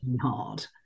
hard